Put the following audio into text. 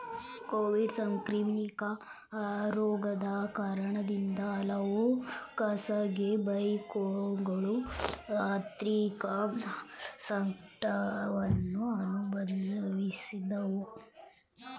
Covid ಸಾಂಕ್ರಾಮಿಕ ರೋಗದ ಕಾರಣದಿಂದ ಹಲವು ಖಾಸಗಿ ಬ್ಯಾಂಕುಗಳು ಆರ್ಥಿಕ ಸಂಕಷ್ಟವನ್ನು ಅನುಭವಿಸಿದವು